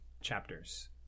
chapters